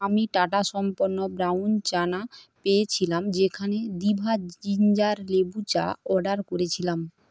আমি টাটা সম্পন্ন ব্রাউন চানা পেয়েছিলাম যেখানে দিভা জিঞ্জার লেবু চা অর্ডার করেছিলাম